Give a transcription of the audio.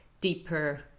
deeper